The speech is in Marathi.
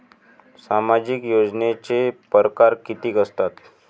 सामाजिक योजनेचे परकार कितीक असतात?